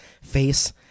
face